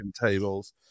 tables